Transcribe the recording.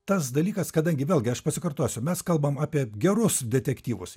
tas dalykas kadangi vėlgi aš pasikartosiu mes kalbam apie gerus detektyvus